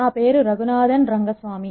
నా పేరు రఘునాధన్ రంగ స్వామి